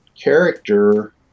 character